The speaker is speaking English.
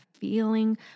feeling